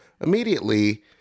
immediately